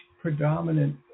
predominant